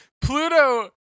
Pluto